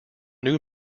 new